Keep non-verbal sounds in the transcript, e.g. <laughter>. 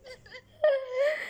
<laughs>